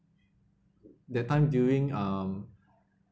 that time during um